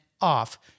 off